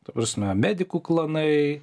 ta prasme medikų klanai